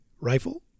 rifle